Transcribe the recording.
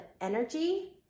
energy